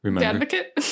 Advocate